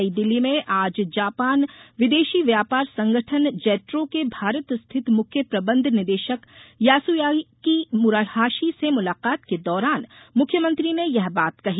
नई दिल्ली में आज जापान विदेशी व्यापार संगठन जैट्रो के भारत स्थित मुख्य प्रबंध निदेशक यास्याकी मूराहाशी से मुलाकात के दौरान मुख्यमंत्री ने यह बात कही